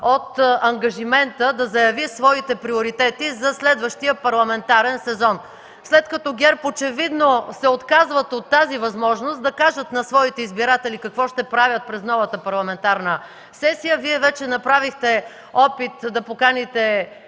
от ангажимента да заяви своите приоритети за следващия парламентарен сезон. След като ГЕРБ очевидно се отказват от тази възможност да кажат на своите избиратели какво ще правят през новата парламентарна сесия, Вие вече направихте опит да поканите